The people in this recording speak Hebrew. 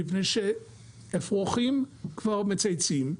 מפני שאפרוחים כבר מצייצים,